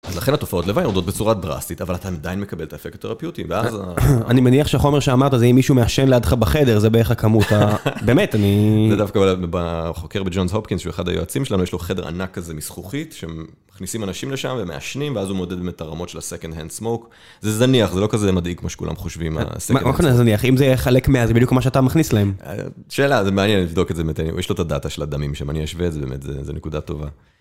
אז לכן התופעות לוואי יורדות בצורה דרסטית, אבל אתה עדיין מקבל את האפקט התרפיוטי, ואז... אני מניח שהחומר שאמרת זה אם מישהו מעשן לידך בחדר, זה באיך הכמות ה... באמת, אני... זה דווקא, חוקר בג'ונס הופקינס, שהוא אחד היועצים שלנו, יש לו חדר ענק כזה מזכוכית, שהם מכניסים אנשים לשם ומעשנים, ואז הוא מודד באמת את הרמות של ה-Second Hand Smoke, זה זניח, זה לא כזה מדאיג כמו שכולם חושבים על ה-Second Hand Smoke. זה לא כזה זניח, אם זה יהיה חלק מה... זה בדיוק מה שאתה מכניס להם. שאלה, זה מעניין לבדוק את זה, יש לו את הדאטה של הדמים שם, אני אשווה את זה, זה נקודה טובה.